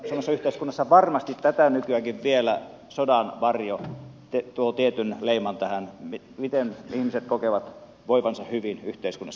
suomalaisessa yhteiskunnassa varmasti tätä nykyäkin vielä sodan varjo tuo tietyn leiman tähän miten ihmiset kokevat voivansa hyvin yhteiskunnassa